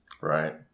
Right